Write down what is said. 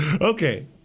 Okay